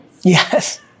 Yes